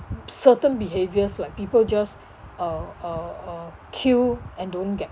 certain behaviours like people just uh uh uh kill and don't get